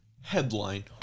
Headline